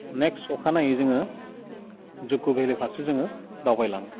next अखानायै जोङो जुक' भेलि फारसे जोङो दावबायलाङो